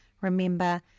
Remember